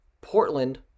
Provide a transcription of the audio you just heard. Portland